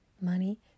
money